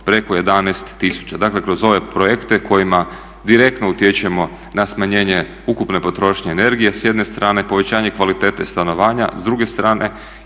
preko 11 tisuća. Dakle kroz ove projekte kojima direktno utječemo na smanjenje ukupne potrošnje energije s jedne strane, povećanje kvalitete stanovanja s druge strane